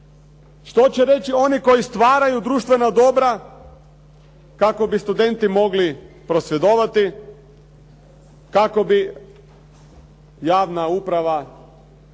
što će reći oni koji stvaraju društvena dobra kako bi studenti mogli prosvjedovati, kako bi javna uprava